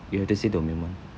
you have to say domain one